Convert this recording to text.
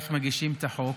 מגישים את החוק,